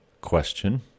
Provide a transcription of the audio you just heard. question